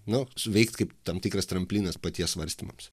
nu suveikt kaip tam tikras tramplynas paties svarstymams